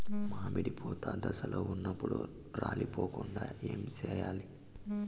మామిడి పూత దశలో ఉన్నప్పుడు రాలిపోకుండ ఏమిచేయాల్ల?